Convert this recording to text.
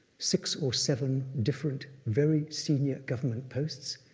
six or seven different very senior government posts,